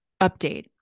update